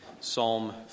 Psalm